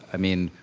i mean,